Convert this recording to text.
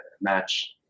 match